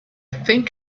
think